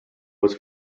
was